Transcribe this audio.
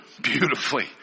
beautifully